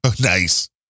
nice